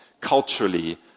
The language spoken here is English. culturally